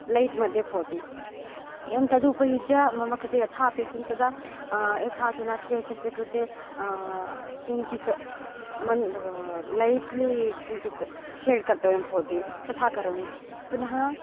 light मध्ये भवति एवं तदुपयुज्य मम कृते यथा अपेक्षितं तथा यथा अधुना केशस्य कृते किञ्चित् मन् लैट्लि किञ्चित् शेड् कर्तव्यं भवति तथा करोमि पुनः